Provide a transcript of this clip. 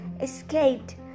escaped